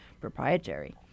proprietary